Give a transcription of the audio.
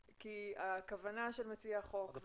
הכוונה של מציעי החוק,